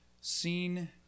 seen